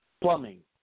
plumbing